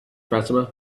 fatima